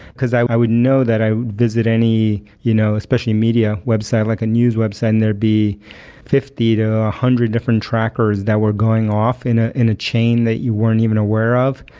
because i would know that i visit any you know especially media website, like a news website and there'd be fifty to a one hundred different trackers that were going off in ah in a chain that you weren't even aware of,